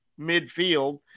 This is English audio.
midfield